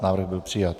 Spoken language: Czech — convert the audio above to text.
Návrh byl přijat.